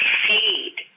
feed